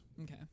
Okay